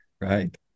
Right